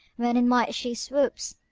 when in might she swoops,